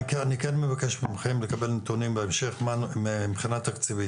אני כן מבקש ממכם לקבל נתונים בהמשך מבחינה תקציבית,